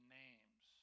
names